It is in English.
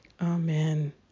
Amen